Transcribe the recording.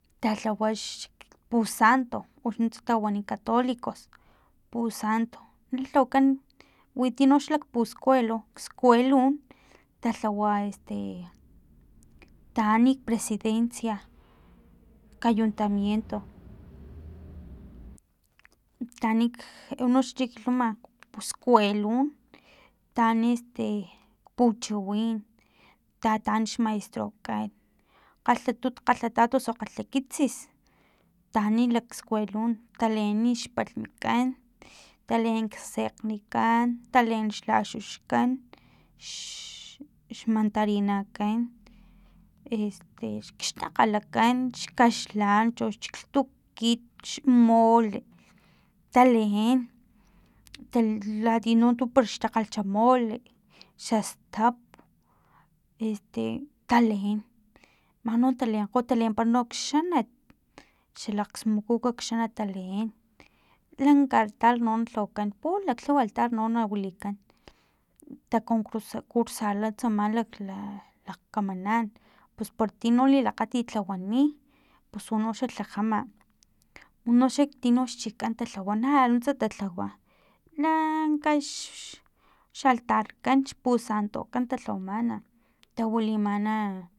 Talhawa xpusanto pus nuntsa tawani catolicos pusanto lilhawakan wino ti puskuelo skuelon talhawa este taan kpresidencia kayuntamiento taan k unoxa chi kilhuma puskuelon taan este e puchiwin tataan xmaestrokan kgalhatut kgalhatat osu kgalhakitsis taani laksuelon taleeni xpalhmakan taleen xsekgnikan taleen xlaxuxkan xmantarinakan este xtakgalakan xkaxlankcho xlhtukit xmole taleen latia para xtakgal xa mole xastap este taleen mano talenkgo taleen no kxanat xalaksmukuku kxanat taleen lanka altar no taleen pulaklhuwa altar no na wilikan takur ta konkursarla no tsama lakg lakamanan pus para tino lilakgatit lhawani pus unoxa tlajama unoxa tinox chikan talhawa na nuntsa talhawa laknaaaka xaltarkan xpusantokan talhawamana tawilimana